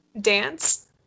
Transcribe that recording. Dance